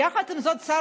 יחד עם זאת,